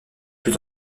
plus